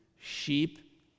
sheep